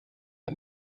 hat